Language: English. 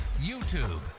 YouTube